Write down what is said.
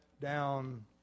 down